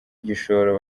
igishoro